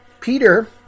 Peter